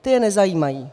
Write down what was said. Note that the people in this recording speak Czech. Ty je nezajímají.